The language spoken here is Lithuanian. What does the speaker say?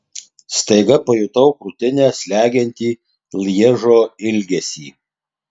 staiga pajutau krūtinę slegiantį lježo ilgesį